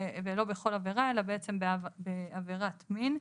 ולא בכל עבירה אלא בעצם בעבירת מין,